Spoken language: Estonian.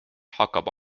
hakkab